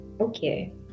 Okay